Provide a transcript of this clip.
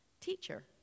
Teacher